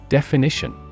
Definition